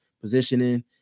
positioning